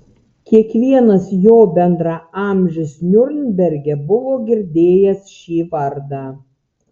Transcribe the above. kiekvienas jo bendraamžis niurnberge buvo girdėjęs šį vardą